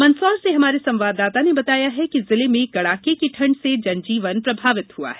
मंदसौर से हमारे संवाददाता ने बताया है कि जिले में कड़ाक की ठंड से जनजीवन प्रभावित हुआ है